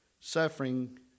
Suffering